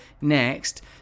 next